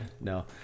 No